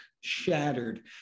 shattered